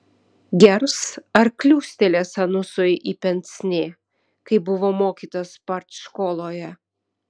gers ar kliūstelės anusui į pensnė kaip buvo mokytas partškoloje